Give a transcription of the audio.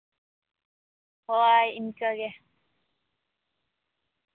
ᱦᱳᱭ ᱤᱱᱠᱟᱹ ᱜᱮ